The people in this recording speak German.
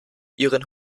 ihren